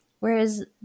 Whereas